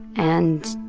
and